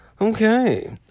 Okay